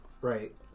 Right